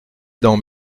dans